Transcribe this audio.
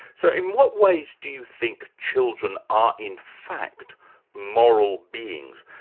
so in what ways do you think children are in fact moral beings,